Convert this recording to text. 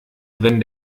wenn